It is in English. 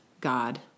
God